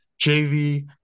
JV